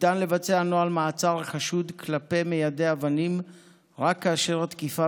ניתן לבצע נוהל מעצר חשוד כלפי מיידי אבנים רק כאשר תקיפה